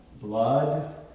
blood